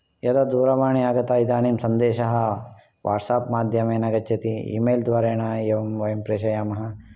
यदा दूरवाणी आगता इदानीं सन्देशः वाट्साप् माध्यमेन गच्छति ईमेल् द्वारेण एवं वयं प्रेषयामः